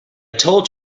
told